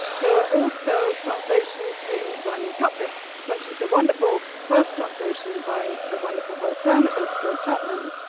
there were also translations in rhyming couplets such as the wonderful first translation by the wonderful first dramatist george chapman,